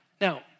Now